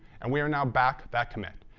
and we are now back that commit.